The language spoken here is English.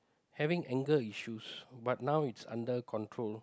having anger issues but now it's under control